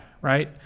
Right